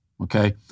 okay